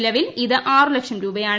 നിലവിൽ ഇത് ആറു ലക്ഷം രൂപയാണ്